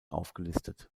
aufgelistet